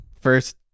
first